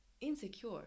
insecure